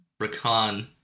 Rakan